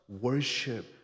worship